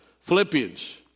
Philippians